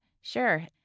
sure